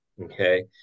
okay